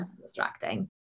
distracting